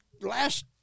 last